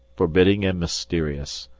forbidding and mysterious.